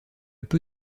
peu